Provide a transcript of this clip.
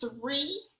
three